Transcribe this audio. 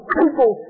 people